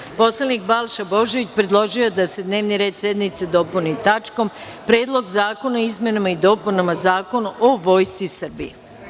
Narodni poslanik Balša Božović predložio je da se dnevni red sednice dopuni tačkom – Predlog zakona o izmenama i dopunama Zakona o Vojsci Srbije.